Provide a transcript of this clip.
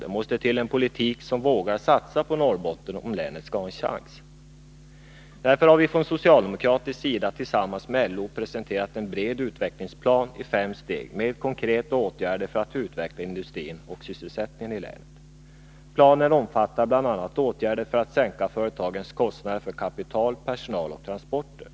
Det måste till en politik där man vågar satsa på Norrbotten, om länet skall ha en chans. Därför har vi från socialdemokratisk sida tillsamman med LO presenterat en bred utvecklingsplan i fem steg med konkreta åtgärder för att utveckla industrin och sysselsättningen i länet. Planen omfattar bl.a. åtgärder för att sänka företagens kostnader för kapital, personal och transporter.